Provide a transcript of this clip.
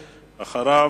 ואחריו,